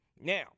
Now